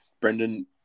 Brendan